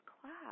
class